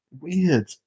Weird